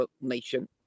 Nation